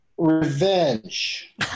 revenge